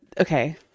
okay